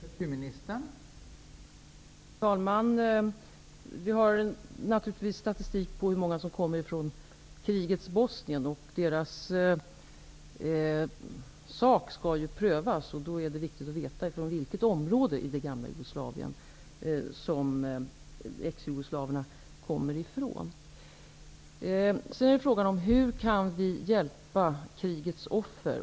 Fru talman! Vi har naturligtvis statistik på hur många flyktingar som kommer från krigets Bosnien. Dessa människors sak skall ju prövas, och det är då viktigt att veta vilket område i det gamla Jugoslavien som ex-jugoslaverna kommer från. Frågan är då: Hur kan vi hjälpa krigets offer?